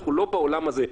אנחנו לא בעולם הזה,